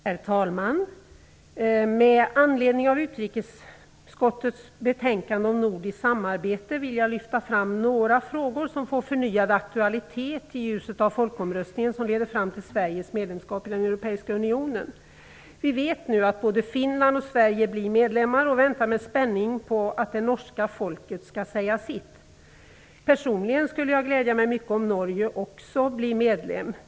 Herr talman! Med anledning av utrikesutskottets betänkande om nordiskt samarbete vill jag lyfta fram några frågor som får förnyad aktualitet i ljuset av folkomröstningen som leder fram till Sveriges medlemskap i den europeiska unionen. Vi vet nu att både Finland och Sverige blir medlemmar och väntar med spänning på att det norska folket skall säga sitt. Personligen skulle jag glädja mig mycket om Norge också blir medlem.